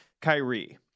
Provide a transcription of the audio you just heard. Kyrie